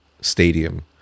stadium